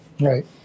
Right